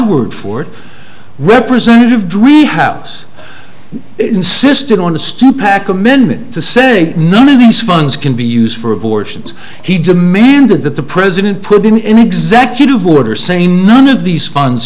word for it representative driehaus insisted on the stupak amendment to say none of these funds can be used for abortions he demanded that the president put in an executive order same none of these funds